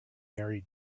mary